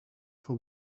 for